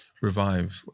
revive